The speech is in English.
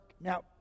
Now